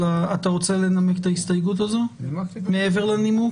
אבל אתה רוצה לנמק את ההסתייגות הזו מעבר לנימוק?